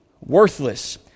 worthless